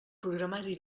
programari